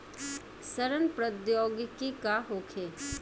सड़न प्रधौगिकी का होखे?